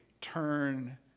turn